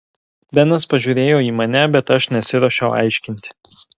benas pažiūrėjo į mane bet aš nesiruošiau aiškinti